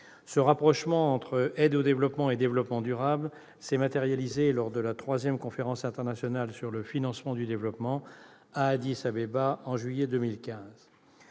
Ce rapprochement entre aide au développement et développement durable s'est matérialisé lors de la troisième conférence internationale sur le financement du développement, à Addis-Abeba, en juillet 2015.